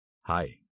Hi